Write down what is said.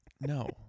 No